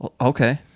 Okay